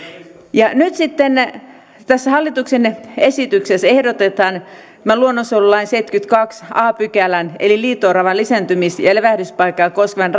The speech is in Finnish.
nyt sitten tässä hallituksen esityksessä ehdotetaan luonnonsuojelulain seitsemännenkymmenennentoisen a pykälän eli liito oravan lisääntymis ja levähdyspaikkaa koskevan